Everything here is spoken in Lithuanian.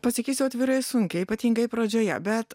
pasakysiu atvirai sunkiai ypatingai pradžioje bet